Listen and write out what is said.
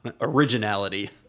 originality